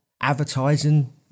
advertising